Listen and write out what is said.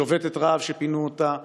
שובתת רעב שפינו אותה.